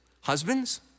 husbands